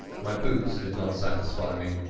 my boots did not satisfy me,